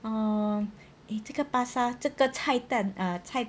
uh eh 这个巴刹这个菜摊 uh 菜